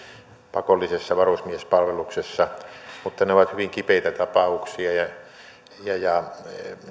pakollisessa varusmiespalveluksessa mutta ne ovat hyvin kipeitä tapauksia ja